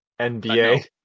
NBA